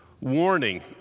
warning